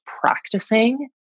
practicing